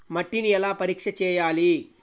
మట్టిని ఎలా పరీక్ష చేయాలి?